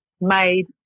made